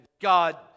God